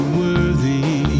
worthy